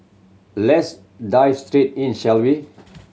let's dive straight in shall we